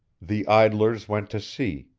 the idlers went to see,